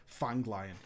Fanglion